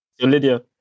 Lydia